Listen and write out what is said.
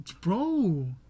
bro